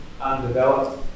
undeveloped